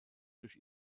durch